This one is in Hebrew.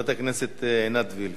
חברת הכנסת עינת וילף,